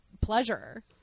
pleasure